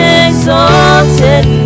exalted